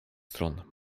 stron